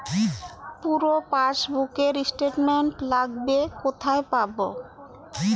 পুরো পাসবুকের স্টেটমেন্ট লাগবে কোথায় পাব?